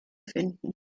finden